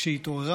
כשהיא התעוררה,